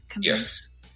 yes